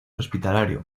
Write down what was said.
hospitalario